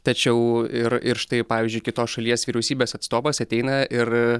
tačiau ir ir štai pavyzdžiui kitos šalies vyriausybės atstovas ateina ir